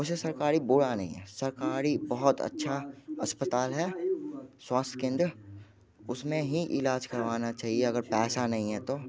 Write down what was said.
वैसे सरकारी बुरा नहीं है सरकारी बहुत अच्छा अस्पताल है स्वास्थ्य केंद्र उस में ही इलाज करवाना चाहिए अगर पैसा नहीं है तो